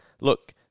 look